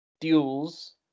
duels